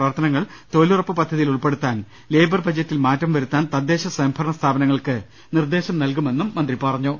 പ്രവർത്തന ങ്ങൾ തൊഴിലുറപ്പ് പദ്ധതിയിൽ ഉൾപ്പെടുത്താൻ ലേബർ ബജറ്റിൽ മാറ്റം വരുത്താൻ തദ്ദേശ സ്വയംഭരണ സ്ഥാപ നങ്ങൾക്കു നിർദ്ദേശം നൽകുമെന്നും മന്ത്രി പറഞ്ഞു